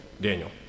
Daniel